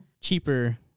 Cheaper